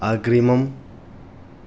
अग्रिमम्